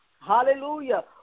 Hallelujah